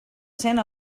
cent